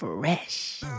Fresh